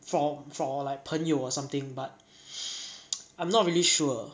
for for like 朋友 or something but I'm not really sure